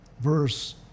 verse